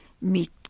meet